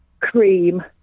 Cream